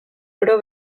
oro